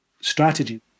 strategy